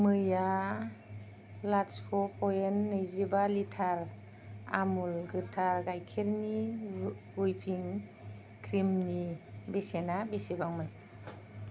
मैया लाथिख' पयेन्ट नैजिबा लिटार आमुल गोथार गायखेरनि व्हिपिं क्रिमनि बेसेना बेसेबांमोन